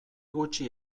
gutxi